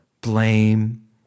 blame